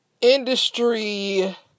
industry